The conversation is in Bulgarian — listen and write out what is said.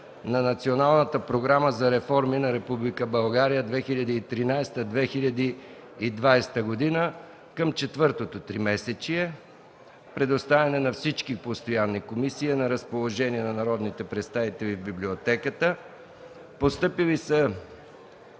на Националната програма за реформи на Република България 2013-2020 г.”, към четвъртото тримесечие. Предоставен е на всички постоянни комисии и е на разположение на народните представители в Библиотеката. Постъпили са